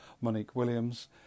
Monique-Williams